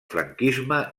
franquisme